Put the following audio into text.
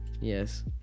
Yes